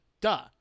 Duh